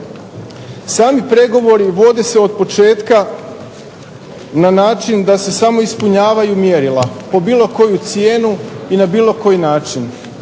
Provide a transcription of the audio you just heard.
Sami pregovori vode se od početka na način da se samo ispunjavaju mjerila po bilo koju cijenu i na bilo koju način.